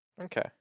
Okay